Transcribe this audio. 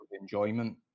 enjoyment